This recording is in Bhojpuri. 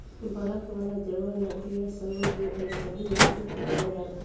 बरफ वाला जगह, नदी आ समुंद्र में अइसही मछली पकड़ल जाला